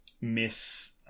miss